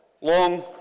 Long